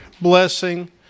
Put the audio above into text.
blessing